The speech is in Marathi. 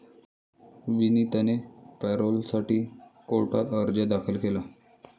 विनीतने पॅरोलसाठी कोर्टात अर्ज दाखल केला